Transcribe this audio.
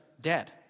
dead